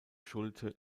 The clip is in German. schulte